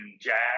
Jack